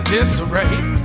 Disarray